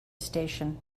station